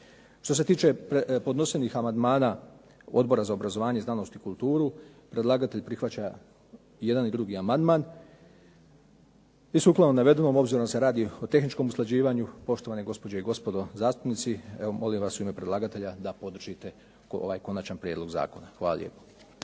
Što se tiče podnesenih amandmana Odbora za obrazovanje, znanost i kulturu predlagatelj prihvaća i jedan i drugi amandman. I sukladno navedenom, obzirom da se radi o tehničkom usklađivanju poštovane gospođe i gospodo zastupnici evo molim vas u ime predlagatelja da podržite ovaj konačan prijedlog zakona. Hvala lijepo.